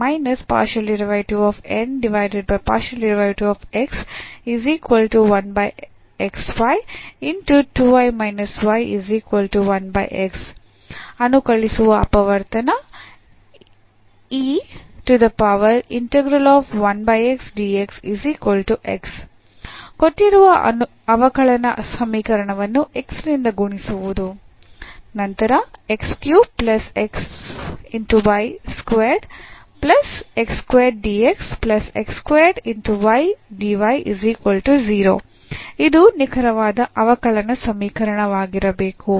ಅನುಕಲಿಸುವ ಅಪವರ್ತನ ಕೊಟ್ಟಿರುವ ಅವಕಲನ ಸಮೀಕರಣವನ್ನು x ನಿಂದ ಗುಣಿಸುವುದು ಇದು ನಿಖರವಾದ ಅವಕಲನ ಸಮೀಕರಣವಾಗಿರಬೇಕು